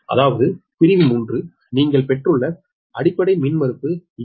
அதாவது பிரிவு 3 நீங்கள் பெற்றுள்ள அடிப்படை மின்மறுப்பு ZB3 4